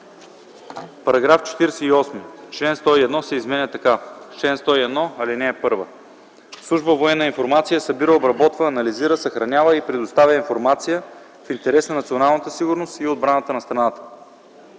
§ 48. Член 101 се изменя така: „Чл. 101. (1) Служба „Военна информация” събира, обработва, анализира, съхранява и предоставя информация в интерес на националната сигурност и отбраната на страната.